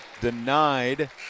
denied